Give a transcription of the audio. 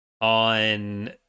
on